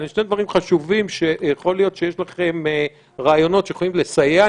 אלו שני דברים חשובים שיכול להיות שיש לכם רעיונות שיכולים לסייע.